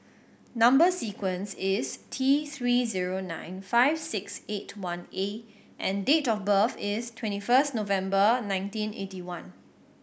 number sequence is T Three zero nine five six eight one A and date of birth is twenty first November nineteen eighty one